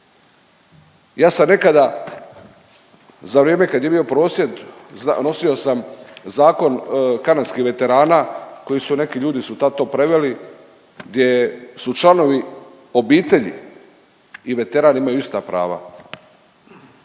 Ja sam nekada za vrijeme kad je bio prosvjed nosio sam zakon kanadskih veterana koji su neki ljudi su tad to preveli, gdje su članovi obitelji i veteran imaju ista prava.